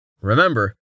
Remember